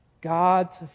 God's